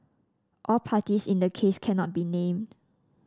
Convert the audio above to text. all parties in the case cannot be named